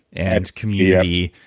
and community,